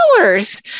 hours